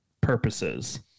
purposes